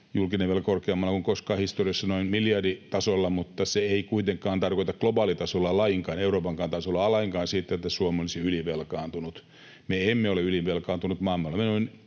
julkinen velka on korkeammalla kuin koskaan historiassa noin miljarditasolla, mutta se ei kuitenkaan tarkoita globaalitasolla, Euroopankaan tasolla, lainkaan sitä, että Suomi olisi ylivelkaantunut. Me emme ole ylivelkaantunut maa.